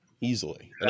easily